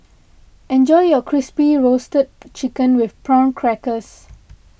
enjoy your Crispy Roasted Chicken with Prawn Crackers